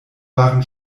waren